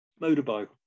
motorbike